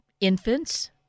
infants